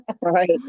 right